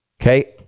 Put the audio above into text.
okay